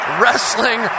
wrestling